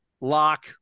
lock